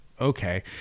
okay